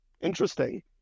Interesting